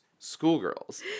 Schoolgirls